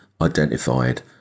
identified